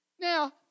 Now